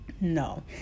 no